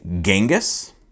Genghis